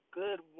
good